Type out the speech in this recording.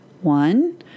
One